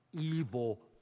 evil